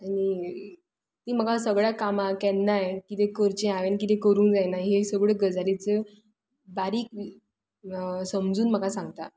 आनी तीं म्हाका सगळ्या कामां केन्नाय किदें करचें हांवें किदें करूंक जायना ही हे सगळ्यो गजालीचो बारीक समजून म्हाका सांगता